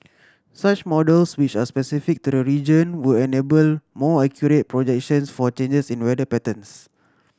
such models which are specific to the region would enable more accurate projections for changes in weather patterns